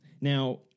Now